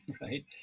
right